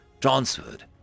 transferred